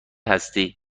هستی